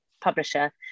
publisher